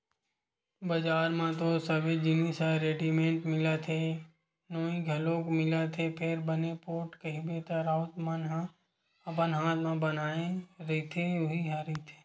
बजार म तो सबे जिनिस ह रेडिमेंट मिलत हे नोई घलोक मिलत हे फेर बने पोठ कहिबे त राउत मन ह अपन हात म बनाए रहिथे उही ह रहिथे